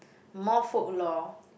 more folklore